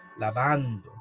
Lavando